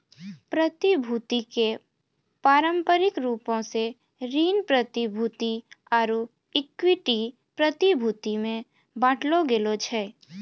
प्रतिभूति के पारंपरिक रूपो से ऋण प्रतिभूति आरु इक्विटी प्रतिभूति मे बांटलो गेलो छै